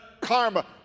karma